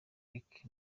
lick